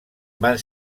van